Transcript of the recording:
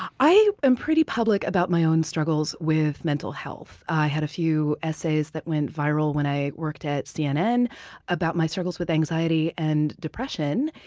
i am public about my own struggles with mental health. i had a few essays that went viral when i worked at cnn about my struggles with anxiety and depression,